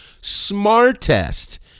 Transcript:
smartest